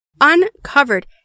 uncovered